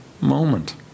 moment